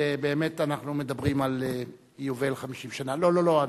ובאמת אנחנו מדברים על יובל 50 שנה, לא, לא.